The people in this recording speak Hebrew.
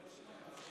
כבוד היושב-ראש,